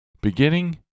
beginning